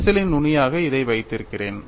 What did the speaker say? விரிசலின் நுனியாக இதை வைத்திருக்கிறேன்